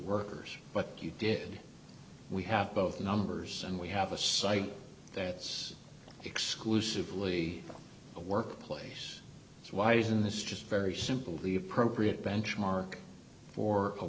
workers but if you did we have both numbers and we have a site that's exclusively a work place so why isn't this just very simple the appropriate benchmark for a